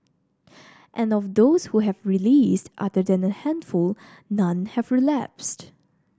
and of those who have released other than a handful none have relapsed